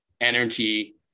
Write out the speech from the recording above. energy